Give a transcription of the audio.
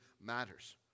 matters